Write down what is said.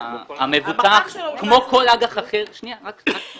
רק שנייה.